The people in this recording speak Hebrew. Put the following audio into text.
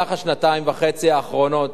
במהלך השנתיים וחצי האחרונות,